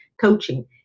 coaching